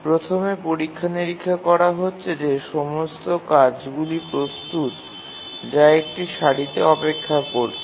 প্রথমে পরীক্ষা নিরীক্ষা করা হচ্ছে যে সমস্ত কাজগুলি প্রস্তুত যা একটি সারিতে অপেক্ষা করছে